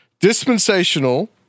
Dispensational